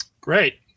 Great